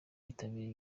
yitabiriye